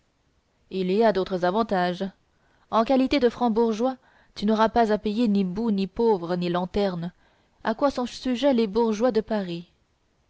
il y a d'autres avantages en qualité de franc bourgeois tu n'auras à payer ni boues ni pauvres ni lanternes à quoi sont sujets les bourgeois de paris